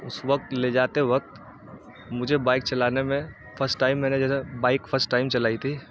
اس وقت لے جاتے وقت مجھے بائک چلانے میں فسٹ ٹائم میں نے جیسے بائک فسٹ ٹائم چلائی تھی